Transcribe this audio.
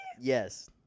yes